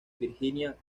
virginia